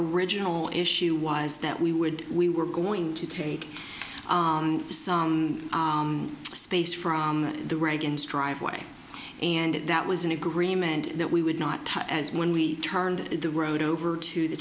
original issue was that we would we were going to take some space from the reagans driveway and that was an agreement that we would not touch as when we turned the road over to the